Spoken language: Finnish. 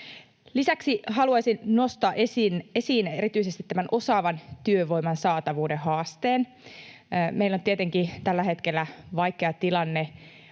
Lisäksi haluaisin nostaa esiin erityisesti tämän osaavan työvoiman saatavuuden haasteen. Meillä on tietenkin tällä hetkellä vaikea tilanne